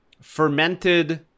fermented